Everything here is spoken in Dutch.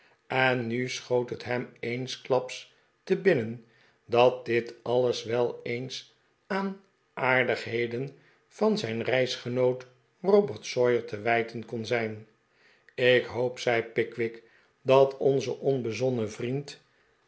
en nu schoot het hem eensklaps te binnen dat dit alles wel eens aan aardigheden van zijn reisgenoot robert sawyer te wijten koh zijn ik hoop zei pickwick dat onze onbezonnen vriend